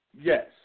Yes